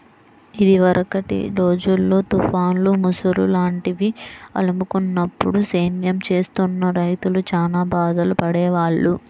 ఇదివరకటి రోజుల్లో తుఫాన్లు, ముసురు లాంటివి అలుముకున్నప్పుడు సేద్యం చేస్తున్న రైతులు చానా బాధలు పడేవాళ్ళు